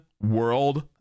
world